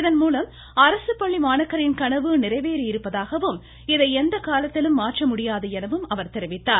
இதன்மூலம் அரசு பள்ளி மாணாக்கரின் கனவு நிறைவேறியிருப்பதாகவும் இதை எந்த காலத்திலும் மாற்ற முடியாது எனவும் கூறினார்